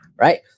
right